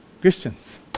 Christians